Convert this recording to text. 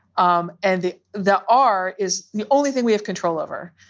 um and the the r is the only thing we have control over.